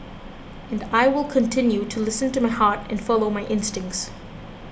and I will continue to listen to my heart and follow my instincts